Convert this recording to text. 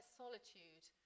solitude